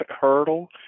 hurdle